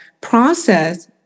process